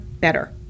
better